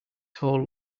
whole